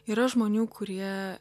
yra žmonių kurie